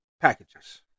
packages